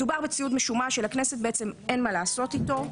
מדובר בציוד משומש שלכנסת בעצם אין מה לעשות איתו.